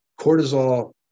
Cortisol